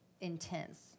intense